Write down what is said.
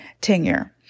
tenure